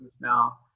now